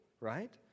Right